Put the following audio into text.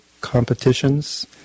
competitions